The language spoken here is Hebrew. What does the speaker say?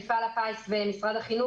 מפעל הפיס ומשרד החינוך.